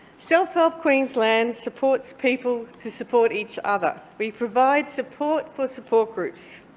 self help queensland supports people to support each other. we provide support for support groups.